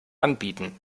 anbieten